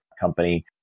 company